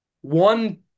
one